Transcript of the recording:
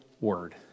word